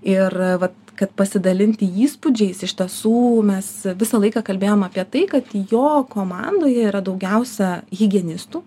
ir vat kad pasidalinti įspūdžiais iš tiesų mes visą laiką kalbėjom apie tai kad jo komandoje yra daugiausia higienistų